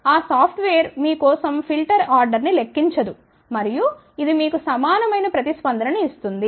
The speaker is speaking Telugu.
ఆ సాఫ్ట్వేర్ మీ కోసం ఫిల్టర్ ఆర్డర్ ని లెక్కించదు మరియు ఇది మీకు సమానమైన ప్రతిస్పందన ను ఇస్తుంది